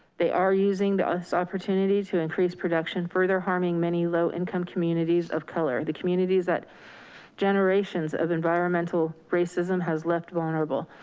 they are using the opportunity to increase production further harming many low income communities of color. the communities that generations of environmental racism has left vulnerable,